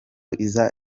iza